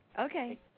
Okay